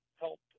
help